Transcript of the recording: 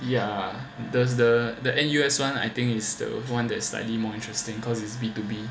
ya the the the N_U_S [one] I think is the one that is slightly more interesting cause it's B to B